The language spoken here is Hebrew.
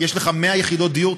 יש לך 100 יחידות דיור,